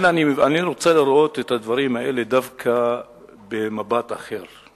אני רוצה לראות את הדברים האלה דווקא במבט אחר.